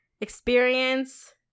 Experience